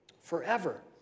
forever